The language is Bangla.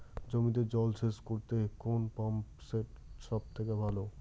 জমিতে জল সেচ করতে কোন পাম্প সেট সব থেকে ভালো?